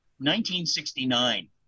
1969